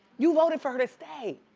you voted for her to stay!